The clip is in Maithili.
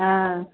हाँ